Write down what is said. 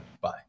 bye